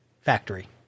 factory